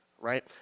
right